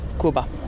Cuba